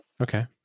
Okay